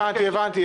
הבנתי,